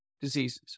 diseases